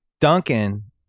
Duncan